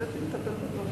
ולתת לי לטפל בדברים,